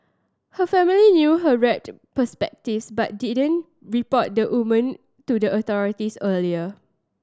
her family knew her warped perspectives but didn't report the woman to the authorities earlier